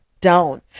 down